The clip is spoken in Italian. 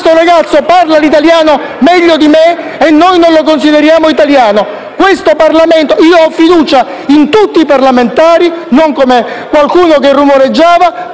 ragazzo parla l'italiano meglio di me e noi non lo consideriamo italiano. Io ho fiducia in tutti i parlamentari, non come qualcuno che rumoreggiava.